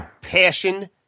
passion